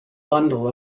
bundle